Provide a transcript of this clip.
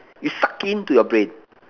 you suck in to your brain